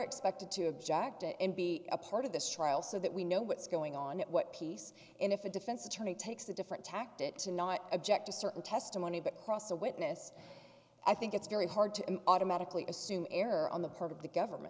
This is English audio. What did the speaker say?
expected to object and be a part of this trial so that we know what's going on what piece and if a defense attorney takes a different tact it to not object to certain testimony but cross a witness i think it's very hard to automatically assume error on the part of the government